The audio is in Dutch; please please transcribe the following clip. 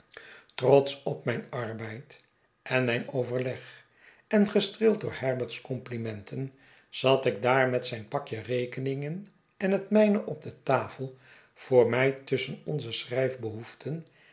trotsch op mijn arbeid en mijn overleg en gestreeld door herbert's complimenten zat ik daar met zijn pakje rekeningen en het mijne op de tafel voor mij tusschen onze